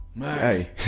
Hey